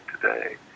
today